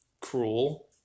cruel